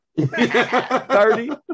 Thirty